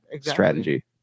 strategy